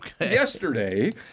Yesterday